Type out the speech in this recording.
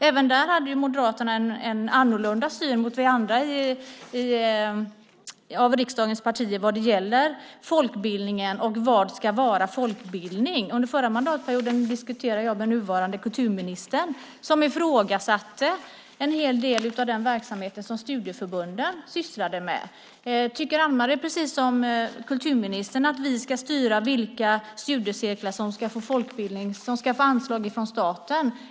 Även där hade Moderaterna en annorlunda syn mot oss andra av riksdagens partier vad gäller folkbildningen och vad som ska vara folkbildning. Under förra mandatperioden diskuterade jag med den nuvarande kulturministern, som ifrågasatte en hel del av den verksamhet som studieförbunden sysslade med. Tycker Anne Marie precis som kulturministern att vi ska styra vilka studiecirklar som ska få anslag från staten?